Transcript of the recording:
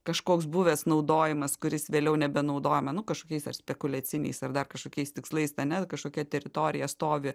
kažkoks buvęs naudojimas kuris vėliau nebenaudojame nu kažkokiais ar spekuliaciniais ar dar kažkokiais tikslais ten kažkokia teritorija stovi